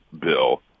bill